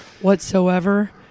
whatsoever